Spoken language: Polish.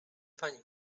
pani